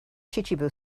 chichibu